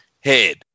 head